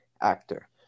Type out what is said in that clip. actor